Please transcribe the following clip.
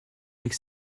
avec